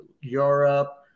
Europe